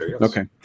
Okay